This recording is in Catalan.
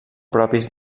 propis